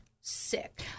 sick